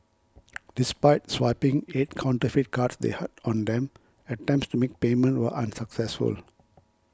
despite swiping eight counterfeit cards they had on them attempts to make payment were unsuccessful